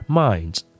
minds